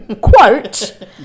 quote